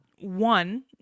one